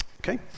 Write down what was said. okay